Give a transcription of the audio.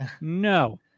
No